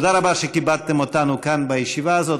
תודה רבה על שכיבדתם אותנו כאן, בישיבה הזאת.